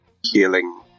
healing